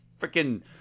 freaking